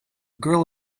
girl